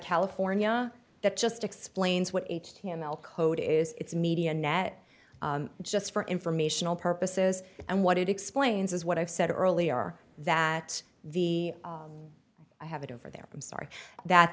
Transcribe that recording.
california that just explains what h t m l code is it's media net just for informational purposes and what it explains is what i've said earlier that the i have it over there i'm sorry that